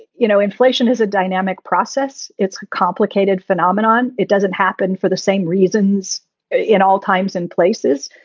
you know, inflation is a dynamic process. it's a complicated phenomenon. it doesn't happen for the same reasons in all times, in places.